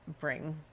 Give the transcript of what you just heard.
bring